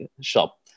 shop